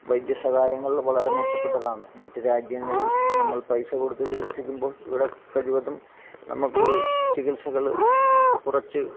വൈദ്യ സഹായങ്ങൾ വളരെ മെച്ചപ്പെട്ടതാണ് മറ്റ് രാജ്യങ്ങളിൽ നമ്മൾ പൈസ കൊടുത്ത് ചികിത്സിക്കുമ്പോൾ ഇവിടെ കഴിവതും നമുക്ക് ചികിത്സകൾ കുറച്ച്